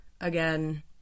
again